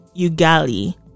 Ugali